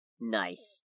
Nice